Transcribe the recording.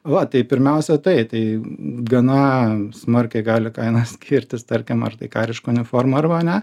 va tai pirmiausia tai tai gana smarkiai gali kaina skirtis tarkim ar tai kariška uniforma arba ne